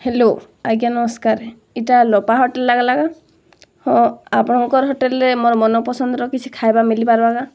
hello ଆଜ୍ଞା ନମସ୍କାର୍ ଇଟା ଲୋପା ହୋଟେଲ୍ ଲାଗ୍ଲା କେଁ ହଁ ଆପଣଙ୍କର୍ ହୋଟେଲ୍ରେ ମୋର୍ ମନ ପସନ୍ଦ୍ର କିଛି ଖାଇବା ମିଳି ପାରିବା କେଁ